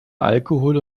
alkohol